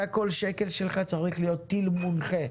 אתה כל שקל שלך צריך להיות טיל מונחה,